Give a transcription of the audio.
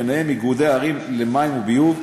בהם איגודי ערים למים וביוב,